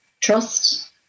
trust